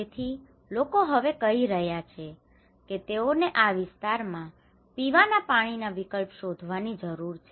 તેથી લોકો હવે કહી રહ્યા છે કે તેઓને આ વિસ્તારમાં પીવાના પાણીના વિકલ્પ શોધવાની જરૂર છે